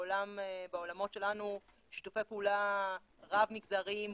בעולמות שלנו שיתופי פעולה רב מגזריים,